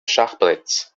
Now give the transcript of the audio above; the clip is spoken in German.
schachbretts